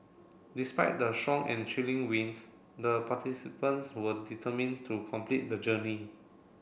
despite the strong and chilly winds the participants were determined to complete the journey